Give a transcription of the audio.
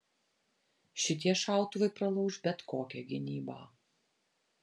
šitie šautuvai pralauš bet kokią gynybą